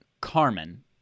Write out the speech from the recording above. Carmen